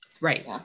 Right